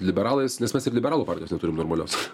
liberalais nes mes ir liberalų partijos neturim normalios